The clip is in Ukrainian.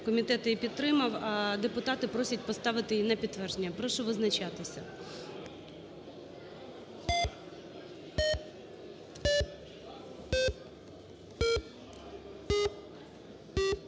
Комітет її підтримав, а депутати просять поставити її на підтвердження. Прошу визначатися.